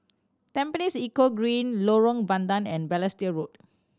Tampines Eco Green Lorong Bandang and Balestier Road